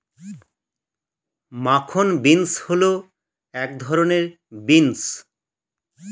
মাখন বিন্স হল এক ধরনের বিন্স